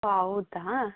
ಹಾಂ ಹೌದಾ